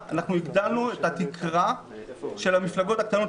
שעברה אנחנו הגדלנו את התקרה של המפלגות הקטנות.